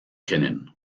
kennen